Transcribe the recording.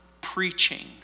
preaching